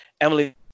emily